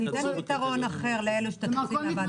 אתה תיתן פתרון אחר לאלה שמגיעים לוועדת החריגים.